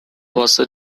was